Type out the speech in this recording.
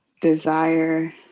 desire